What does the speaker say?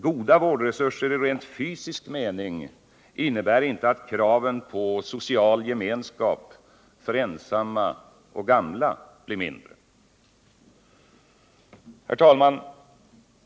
Goda vårdresurser i rent fysisk mening innebär inte att kraven på social gemenskap för ensamma och gamla blir mindre. Herr talman!